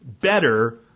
better